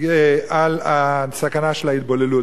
על הסכנה של ההתבוללות.